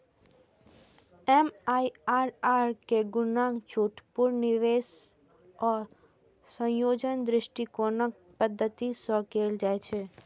MIRR केर गणना छूट, पुनर्निवेश आ संयोजन दृष्टिकोणक पद्धति सं कैल जाइ छै